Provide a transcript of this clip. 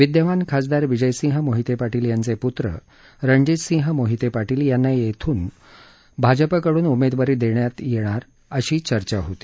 विद्यमान खासदार विजय सिंह मोहिते पाटील यांचे पुत्र रणजीतसिंह मोहिते पाटील यांना येथून भाजपकडून उमेदवारी देण्यात येणार अशी चर्चा होती